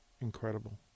incredible